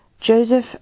Joseph